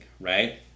right